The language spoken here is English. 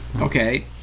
okay